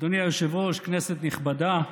אדוני היושב-ראש, כנסת נכבדה,